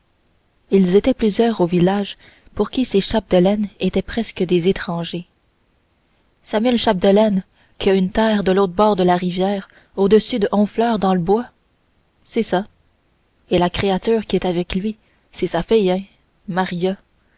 ils étaient plusieurs au village pour qui ces chapdelaine étaient presque des étrangers samuel chapdelaine qui a une terre de l'autre bord de la rivière au-dessus de honfleur dans le bois c'est ça et la créature qui est avec lui c'est sa fille eh maria